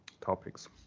topics